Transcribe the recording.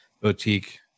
boutique